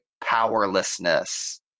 powerlessness